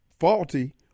faulty